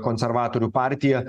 konservatorių partija